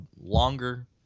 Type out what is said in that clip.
longer